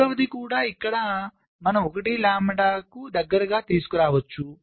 మూడవది కూడా ఇక్కడ మనము 1 వ లాంబ్డాకు దగ్గరగా తీసుకురావచ్చు